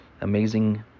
amazing